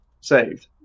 saved